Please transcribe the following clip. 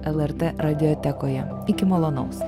lrt radiotekoje iki malonaus